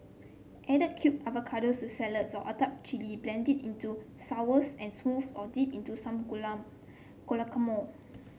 add cubed avocado to salads or atop chilli blend into sours and smoothies or dip into some guacamole